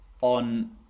on